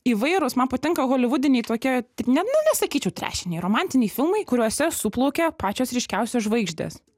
įvairūs man patinka holivudiniai tokie ne nu nesakyčiau tręšiniai romantiniai filmai kuriuose suplaukia pačios ryškiausios žvaigždės